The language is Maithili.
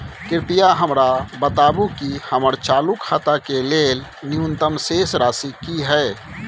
कृपया हमरा बताबू कि हमर चालू खाता के लेल न्यूनतम शेष राशि की हय